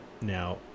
now